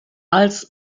als